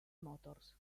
motors